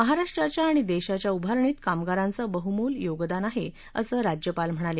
महाराष्ट्राच्या आणि देशाच्या उभारणीत कामगारांचं बहुमोल योगदान आहे असं ते म्हणाले